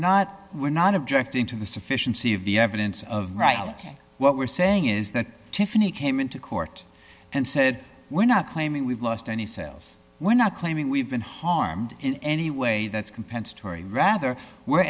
not we're not objecting to the sufficiency of the evidence of right alex what we're saying is that tiffany came into court and said we're not claiming we've lost any cells we're not claiming we've been harmed in any way that's compensatory rather we're